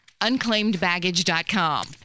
unclaimedbaggage.com